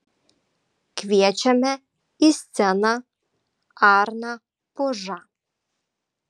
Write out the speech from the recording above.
kviečiame į sceną arną pužą